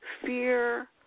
Fear